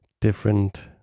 different